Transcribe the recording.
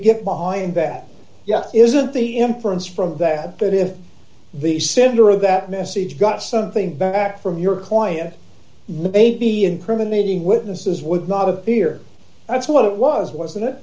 get behind that yes isn't the inference from that that if the sender of that message got something back from your client maybe incriminating witnesses would not appear that's what it was wasn't it